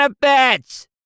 benefits